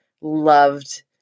loved